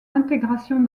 intégration